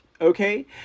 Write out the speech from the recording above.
Okay